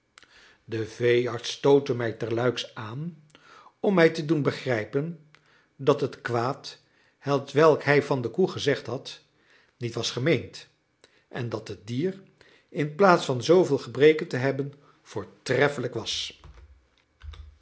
de veearts stootte mij tersluiks aan om mij te doen begrijpen dat het kwaad hetwelk hij van de koe gezegd had niet was gemeend en dat het dier inplaats van zooveel gebreken te hebben voortreffelijk was